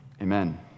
Amen